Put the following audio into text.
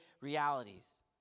realities